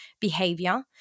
behavior